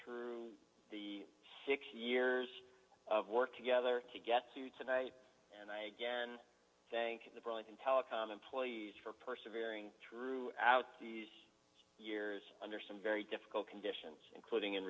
through six years of work together to get to tonight and i again thank the brighton telecom employees for persevered throughout the years under some very difficult conditions including in